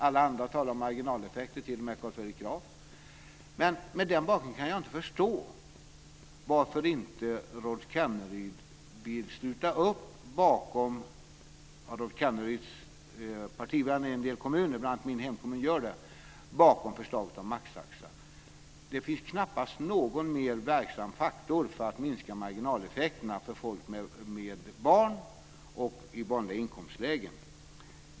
Alla andra talar om marginaleffekter - t.o.m. Carl Fredrik Graf. Mot den bakgrunden kan jag inte förstå varför inte Rolf Kenneryd vill sluta upp bakom sina partivänner i en del kommuner, bl.a. min hemkommun, och ställa sig bakom förslaget om maxtaxa. Det finns knappast någon mer verksam faktor för att minska marginaleffekterna för folk med barn och i vanliga inkomstlägen.